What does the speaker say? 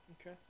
Okay